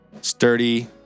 Sturdy